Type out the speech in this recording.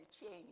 change